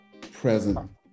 present